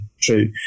True